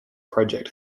project